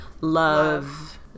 Love